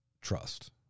trust